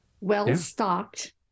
Well-stocked